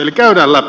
eli käydään läpi